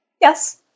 Yes